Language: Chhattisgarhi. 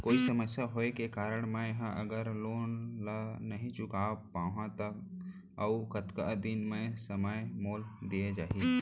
कोई समस्या होये के कारण मैं हा अगर लोन ला नही चुका पाहव त अऊ कतका दिन में समय मोल दीये जाही?